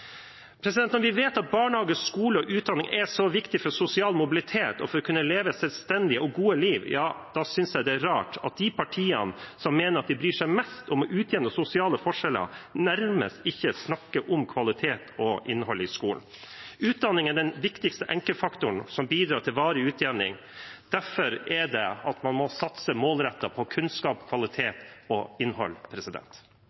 Når vi vet at barnehage, skole og utdanning er så viktig for sosial mobilitet og for å kunne leve et selvstendig og godt liv, ja, da synes jeg det er rart at de partiene som mener de bryr seg mest om å utjevne sosiale forskjeller, nærmest ikke snakker om kvalitet og innhold i skolen. Utdanning er den viktigste enkeltfaktoren som bidrar til varig utjevning. Derfor må man satse målrettet på kunnskap,